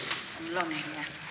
אני לא מבינה.